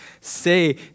say